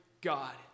God